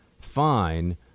Fine